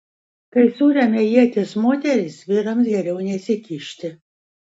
kai suremia ietis moterys vyrams geriau nesikišti